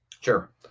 Sure